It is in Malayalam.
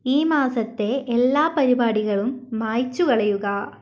ഈ മാസത്തെ എല്ലാ പരിപാടികളും മായ്ച്ചുകളയുക